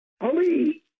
Ali